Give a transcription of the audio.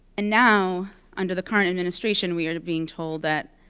and now under the current administration, we are being told that